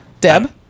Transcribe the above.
Deb